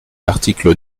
l’article